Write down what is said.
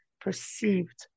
perceived